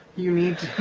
you need